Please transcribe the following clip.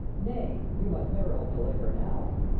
nay, you must never hope to lay her now.